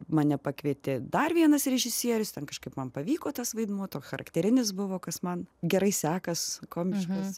mane pakvietė dar vienas režisierius ten kažkaip man pavyko tas vaidmuo toks charakterinis buvo kas man gerai sekas komiškas